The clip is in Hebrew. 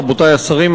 רבותי השרים,